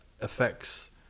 affects